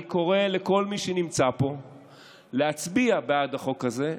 אני קורא לכל מי שנמצא פה להצביע בעד החוק הזה,